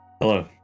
Hello